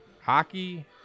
Hockey